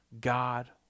God